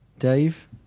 dave